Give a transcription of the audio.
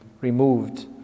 removed